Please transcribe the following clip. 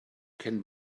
can